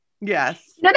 yes